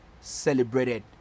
celebrated